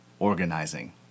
Organizing